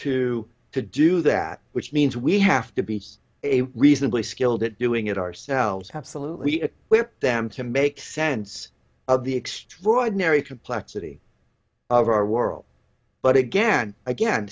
to to do that which means we have to be a reasonably skilled at doing it ourselves have salut we whip them to make sense of the extraordinary complexity of our world but again again